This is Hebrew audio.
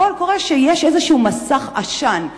בפועל קורה שיש איזה מסך עשן,